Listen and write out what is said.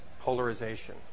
polarization